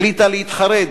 החליטה להתחרד,